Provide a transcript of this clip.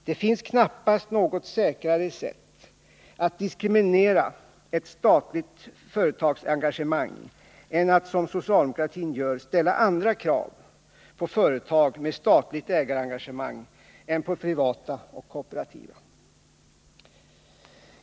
Det finns knappast något säkrare sätt att diskriminera ett statligt företags engagemang än att som socialdemokratin gör ställa andra krav på företag med statligt ägarengagemang än på privata och kooperativa.